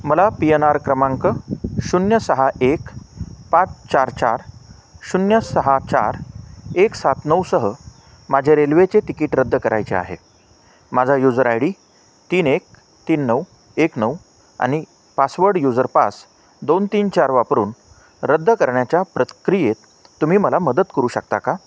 मला P N R क्रमांक शून्य सहा एक पाच चार चार शून्य सहा चार एक सात नऊ सह माझे रेल्वेचे तिकीट रद्द करायचे आहे माझा युझर आय डी तीन एक तीन नऊ एक नऊ आणि पासवर्ड युजर पास दोन तीन चार वापरून रद्द करण्याच्या प्रक्रियेत तुम्ही मला मदत करू शकता का